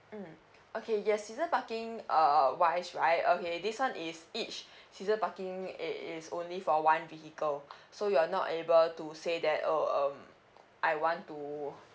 mm okay yes seasoned parking uh wise right okay this one is each seasoned parking it is only for one vehicle so you are not able to say that oh um I want to